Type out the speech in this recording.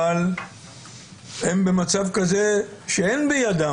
אבל הם במצב כזה שאין בידם,